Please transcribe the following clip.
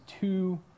two